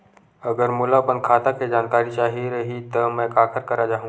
अगर मोला अपन खाता के जानकारी चाही रहि त मैं काखर करा जाहु?